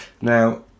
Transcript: Now